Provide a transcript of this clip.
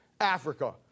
Africa